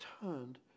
turned